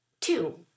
Two